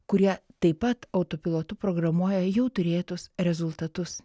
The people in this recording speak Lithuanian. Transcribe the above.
kurie taip pat autopilotu programuoja jau turėtus rezultatus